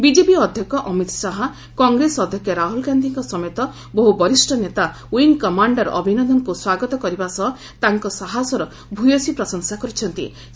BJP ଅଧ୍ୟକ୍ଷ ଅମିତ ଶାହା କଂଗ୍ରେସ ଅଧ୍ୟକ୍ଷ ରାହୁଲ ଗାନ୍ଧୀଙ୍କ ସମେତ ବହୁ ବରିଷ୍ଣ ନେତା ୱିଙ୍ଗ କମାଣ୍ଡର ଅଭିନନ୍ଦନଙ୍କୁ ସ୍ୱାଗତ କରିବା ସହ ତାଙ୍କ ସାହସର ଭୟସୀ ପ୍ରଶଂସା କରିଥାନ୍ତି